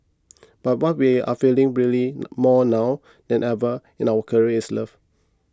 but what we are feeling really more now than ever in our career is love